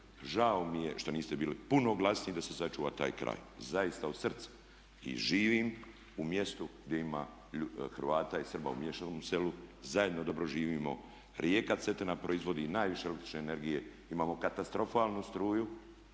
žao mi je što niste bili puno glasniji da se sačuva taj kraj, zaista od srca. I živim u mjestu gdje ima Hrvata i Srba u miješanom selu, zajedno dobro živimo. Rijeka Cetina proizvodi i najviše električne energije, imamo katastrofalnu struju